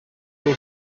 nhw